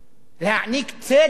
להעניק צדק